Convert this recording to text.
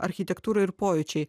architektūra ir pojūčiai